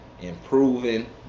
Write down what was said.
improving